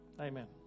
Amen